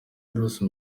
bruce